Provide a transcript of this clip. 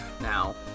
now